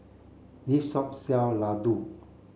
this shop sell Ladoo